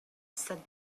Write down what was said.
said